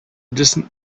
distant